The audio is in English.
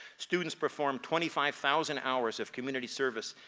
students performed twenty five thousand hours of community service,